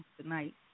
tonight